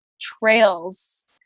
trails